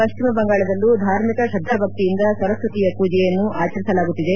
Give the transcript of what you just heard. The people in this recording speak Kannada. ಪಶ್ಚಿಮ ಬಂಗಾಳದಲ್ಲೂ ಧಾರ್ಮಿಕ ಶ್ರದ್ದಾಭಕ್ತಿಯಿಂದ ಸರಸ್ವತಿಯ ಪೂಜೆಯನ್ನು ಆಚರಿಸಲಾಗುತ್ತಿದೆ